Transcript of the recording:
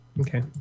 Okay